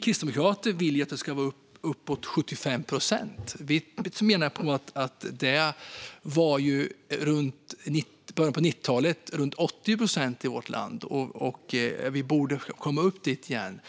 Kristdemokraterna vill att den ska vara uppemot 75 procent. I början av 90-talet var den runt 80 procent i vårt land, och vi borde komma upp dit igen.